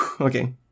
Okay